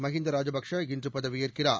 மஹிந்த ராஜபக்சே இன்று பதவியேற்கிறார்